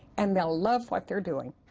and they will love what they're doing.